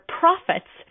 profits